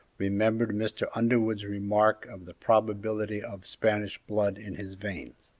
remembered mr. underwood's remark of the probability of spanish blood in his veins.